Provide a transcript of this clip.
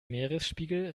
meeresspiegel